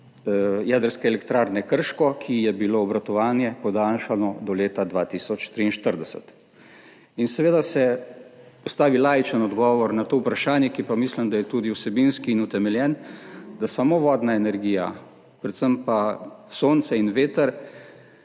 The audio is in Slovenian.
Jedrske elektrarne Krško, ki ji je bilo obratovanje podaljšano do leta 2043. Seveda se postavi laičen odgovor na to vprašanje, za katerega mislim, da je tudi vsebinski in utemeljen, da samo vodna energija, predvsem pa sonce in veter